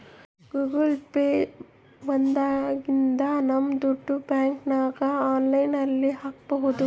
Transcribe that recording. Google Pay ಬಂದಾಗಿನಿಂದ ನಮ್ ದುಡ್ಡು ಬ್ಯಾಂಕ್ಗೆ ಆನ್ಲೈನ್ ಅಲ್ಲಿ ಹಾಕ್ಬೋದು